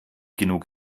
genug